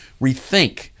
rethink